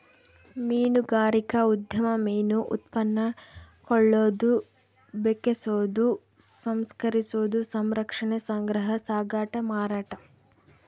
ಮೀನುಗಾರಿಕಾ ಉದ್ಯಮ ಮೀನು ಉತ್ಪನ್ನ ಕೊಳ್ಳೋದು ಬೆಕೆಸೋದು ಸಂಸ್ಕರಿಸೋದು ಸಂರಕ್ಷಣೆ ಸಂಗ್ರಹ ಸಾಗಾಟ ಮಾರಾಟ